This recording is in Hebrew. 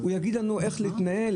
הוא יגיד לנו איך להתנהל?